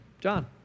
John